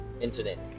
internet